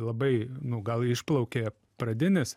labai nu gal išplaukė pradinis